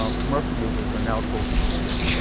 um commercial users are now told to go away.